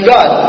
God